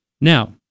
now